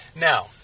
Now